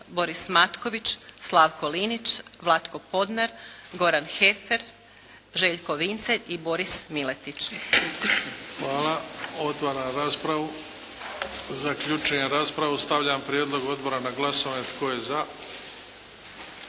Boris Matković, Slavko Linić, Vlatko Podner, Goran Heffer, Željko Vincelj i Boris Miletić. **Bebić, Luka (HDZ)** Hvala. Otvaram raspravu. Zaključujem raspravu. Stavljam Prijedlog odbora na glasovanje.